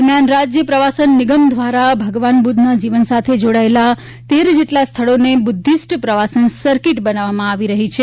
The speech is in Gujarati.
દરમિયાન રાજ્ય પ્રવાસન નિમગ દ્વારા ભગવાન બુદ્ધના જીવન સાથે જોડાયેલા તેર જેટલા સ્થળોને બુદ્ધિસ્ટ પ્રવાસન સરકીટ બનાવવામાં આવી રહી છે